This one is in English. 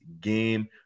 game